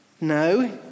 no